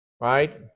Right